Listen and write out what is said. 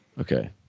okay